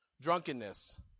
drunkenness